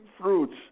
fruits